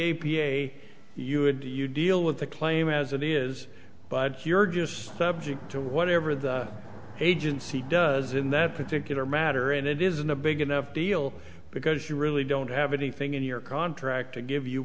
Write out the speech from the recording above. a you would you deal with the claim as it is but you're just subject to whatever the agency does in that particular matter and it isn't a big enough deal because you really don't have anything in your contract to give you